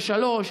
בת 33,